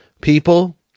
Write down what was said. people